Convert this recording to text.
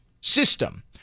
system